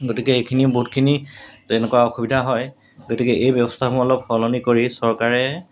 গতিকে এইখিনি বহুতখিনি তেনেকুৱা অসুবিধা হয় গতিকে এই ব্যৱস্থাসমূহ অলপ সলনি কৰি চৰকাৰে